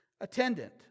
attendant